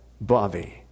Bobby